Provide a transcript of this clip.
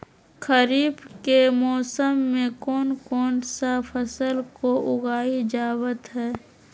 खरीफ के मौसम में कौन कौन सा फसल को उगाई जावत हैं?